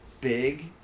big